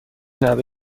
نوه